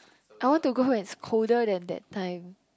I want to go when it's colder than that time